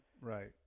right